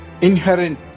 inherent